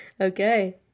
Okay